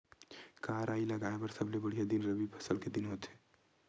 का राई लगाय बर सबले बढ़िया दिन रबी फसल के दिन होथे का?